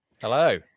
Hello